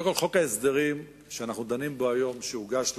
חוק ההסדרים שאנחנו דנים בו היום, שהוגש לכנסת,